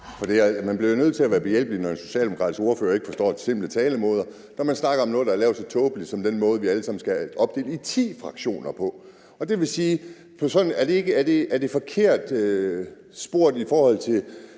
Man bliver jo nødt til at være behjælpelig, når en socialdemokratisk ordfører ikke forstår simple talemåder, og når man snakker om noget, der er lavet så tåbeligt som den måde, vi alle sammen skal opdele i ti fraktioner på. Er det ifølge Dansk Folkeparti forkert